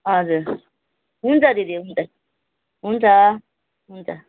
हजुर हुन्छ दिदी हुन्छ हुन्छ हुन्छ